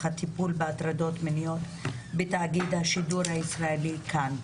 הטיפול בהטרדות מיניות בתאגיד השידור הישראלי כאן .